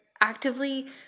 actively